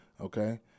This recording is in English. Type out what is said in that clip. okay